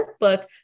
workbook